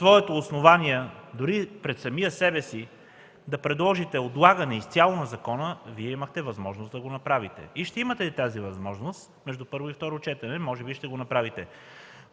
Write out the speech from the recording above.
имали основания дори и пред самия себе си да предложите отлагане изцяло на закона, имахте възможност да го направите и ще имате тази възможност между първо и второ четене – може би ще го направите.